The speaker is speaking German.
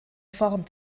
form